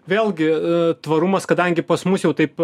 vėlgi tvarumas kadangi pas mus jau taip